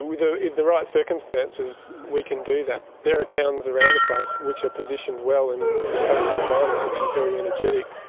with the the right circumstances we can do that. there are towns around the place which are positioned well in in the coastal environment which is very energetic.